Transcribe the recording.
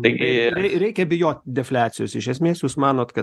reikia bijoti defliacijos iš esmės jūs manot kad tai